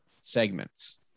segments